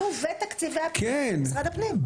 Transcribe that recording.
כתוב "ותקציבי הפיתוח של משרד הפנים".